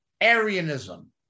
Arianism